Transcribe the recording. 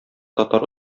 татар